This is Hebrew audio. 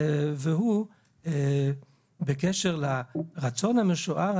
והוא בקשר לרצון המשוער,